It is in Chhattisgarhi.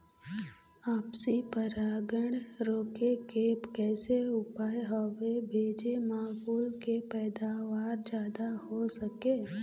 आपसी परागण रोके के कैसे उपाय हवे भेजे मा फूल के पैदावार जादा हों सके?